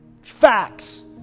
Facts